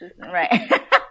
Right